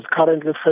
currently